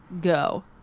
Go